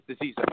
disease